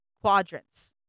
quadrants